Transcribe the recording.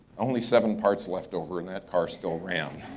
only seven parts left over and that car still ran.